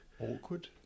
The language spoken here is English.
awkward